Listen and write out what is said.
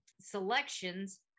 selections